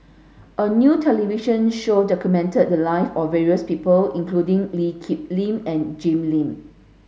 a new television show documented the live of various people including Lee Kip Lin and Jim Lim